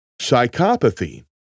Psychopathy